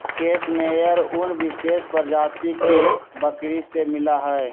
case मेयर उन विशेष प्रजाति के बकरी से मिला हई